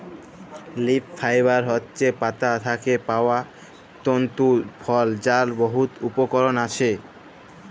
leaf fibre হছে পাতা থ্যাকে পাউয়া তলতু ফল যার বহুত উপকরল আসে